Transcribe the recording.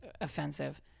offensive